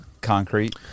concrete